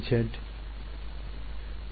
ವಿದ್ಯಾರ್ಥಿ d dz